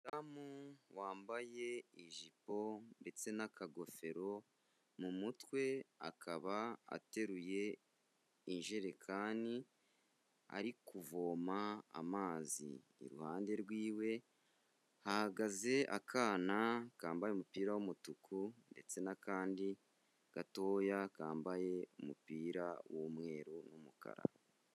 Umudamu wambaye ijipo ndetse n'akagofero mu mutwe, akaba ateruye ijerekani ari kuvoma amazi, iruhande rw'iwe hahagaze akana kambaye umupira w'umutuku ndetse n'akandi gatoya kambaye umupira w'umweru n'umukara.